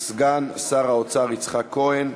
סגן שר האוצר יצחק כהן,